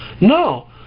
No